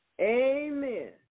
Amen